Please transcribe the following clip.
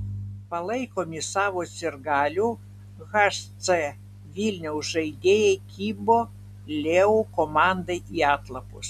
palaikomi savo sirgalių hc vilniaus žaidėjai kibo leu komandai į atlapus